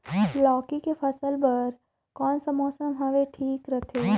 लौकी के फसल बार कोन सा मौसम हवे ठीक रथे?